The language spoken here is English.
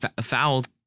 fouled